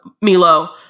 Milo